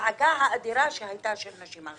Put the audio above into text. הצעקה האדירה של נשים שהייתה.